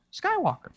Skywalker